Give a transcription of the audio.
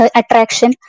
attraction